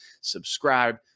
Subscribe